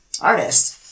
artist